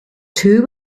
two